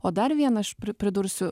o dar vieną aš pri pridursiu